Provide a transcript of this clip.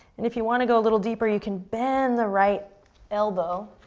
and if you wanna go a little deeper, you can bend the right elbow,